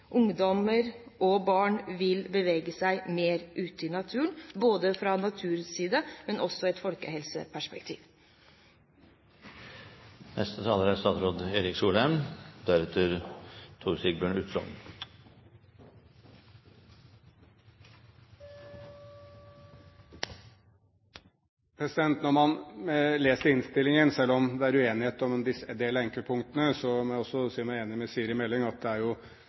ungdommer og barn vil bevege seg mer ute i naturen, både sett fra naturens side og sett i et folkehelseperspektiv. Når jeg leser innstillingen – selv om det er uenighet om en viss del av enkeltpunktene – må jeg si meg enig med Siri Meling i at det er